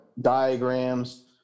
diagrams